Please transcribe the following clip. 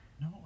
No